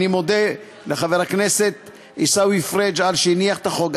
אני מודה לחבר הכנסת עיסאווי פריג' על שהניח את החוק,